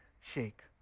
shake